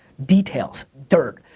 details, dirt.